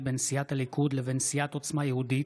בין סיעת הליכוד לבין סיעת עוצמה יהודית,